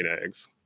eggs